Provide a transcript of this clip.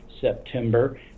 September